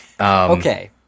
Okay